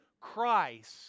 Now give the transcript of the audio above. Christ